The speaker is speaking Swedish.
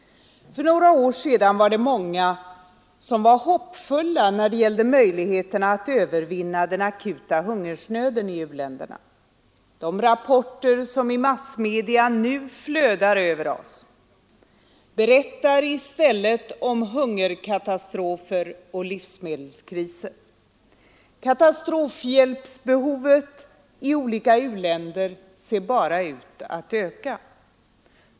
För några år sedan var det många som var hoppfulla när det gällde möjligheterna att övervinna den akuta hungersnöden i u-länderna. De rapporter som i massmedia nu flödar över oss berättar i stället om katastrofer och livsmedelskriser. Katastrofhjälpsbehovet i olika u-länder ser bara ut att öka.